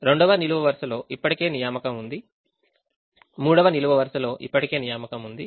2వ నిలువు వరుసలో ఇప్పటికే నియామకం ఉంది 3వ నిలువు వరుసలో ఇప్పటికే నియామకం ఉంది